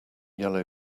yellow